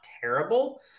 terrible